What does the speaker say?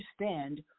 understand